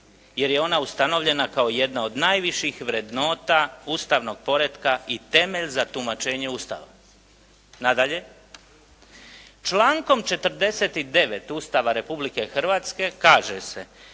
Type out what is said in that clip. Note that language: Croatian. jer je ona ustanovljena kao jedna od najviših vrednota ustavnog poretka i temelj za tumačenje Ustava. Nadalje, člankom 49. Ustava Republike Hrvatske kaže se